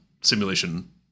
simulation